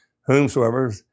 whomsoever